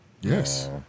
Yes